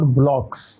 blocks